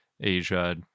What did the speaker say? asia